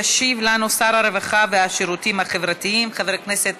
ישיב שר הרווחה והשירותים החברתיים חבר הכנסת